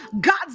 God's